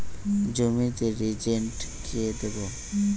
জমিতে রিজেন্ট কেন দেবো?